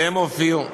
והם הופיעו.